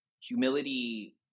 Humility